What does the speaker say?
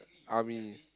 army